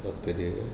daughter dia